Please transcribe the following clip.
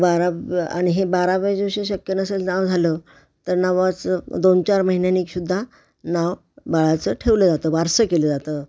बारा ब आणि हे बाराव्या दिवशी शक्य नसेल नावं झालं तर नावाचं दोन चार महिन्यांनी सुद्धा नाव बाळाचं ठेवलं जातं बारसं केलं जातं